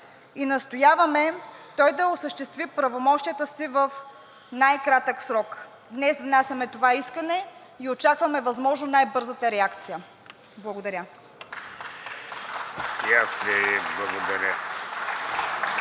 и настояваме той да осъществи правомощията си в най-кратък срок. Днес внасяме това искане и очакваме възможно най-бързата реакция. Благодаря.